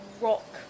rock